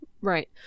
Right